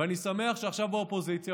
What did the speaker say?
ואני שמח שעכשיו באופוזיציה,